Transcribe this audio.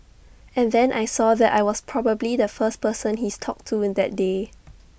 and then I saw that I was probably the first person he's talked to in that day